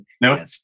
No